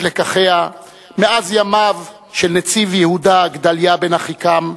לקחיה מאז ימיו של נציב יהודה גדליה בן אחיקם,